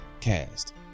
Cast